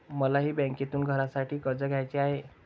मलाही बँकेतून घरासाठी कर्ज घ्यायचे आहे